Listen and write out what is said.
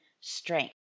strength